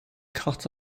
cut